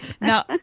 Now